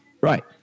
Right